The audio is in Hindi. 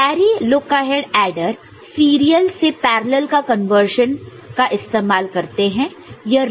carry look ahead adder serial से पैरॅलल् का कन्वर्शन का इस्तेमाल करते हैं